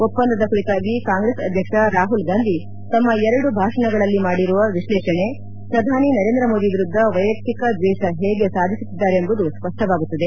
ಒಪ್ಪಂದ ಕುರಿತಾಗಿ ಕಾಂಗ್ರೆಸ್ ಅಧ್ಯಕ್ಷ ರಾಹುಲ್ ಗಾಂಧಿ ತಮ್ಮ ಎರಡು ಭಾಷಣಗಳಲ್ಲಿ ಮಾಡಿರುವ ವಿಶ್ಲೇಷಣೆ ಪ್ರಧಾನಿ ನರೇಂದ್ರ ಮೋದಿ ವಿರುದ್ದ ವೈಯಕ್ತಿಕ ದ್ವೇಷ ಹೇಗೆ ಸಾಧಿಸುತ್ತಿದ್ದಾರೆಂಬುದು ಸ್ಪಷ್ಟವಾಗುತ್ತದೆ